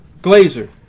Glazer